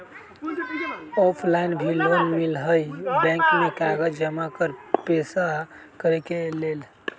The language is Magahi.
ऑफलाइन भी लोन मिलहई बैंक में कागज जमाकर पेशा करेके लेल?